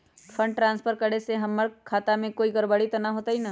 Fund transfer करे से हमर खाता में कोई गड़बड़ी त न होई न?